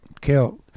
killed